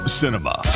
cinema